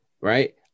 right